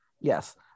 Yes